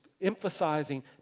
emphasizing